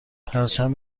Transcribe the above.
پرچم